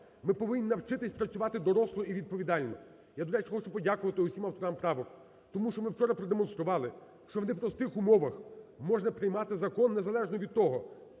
Ми повинні навчитись працювати доросло і відповідально. Я, до речі, хочу подякувати всім авторам правок, тому що ми вчора продемонстрували, що в непростих умовах можна приймати закон, незалежно від того